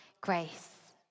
grace